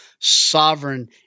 sovereign